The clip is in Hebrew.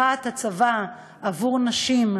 פתיחת הצבא עבור נשים,